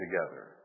together